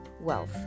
wealth